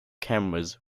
cameras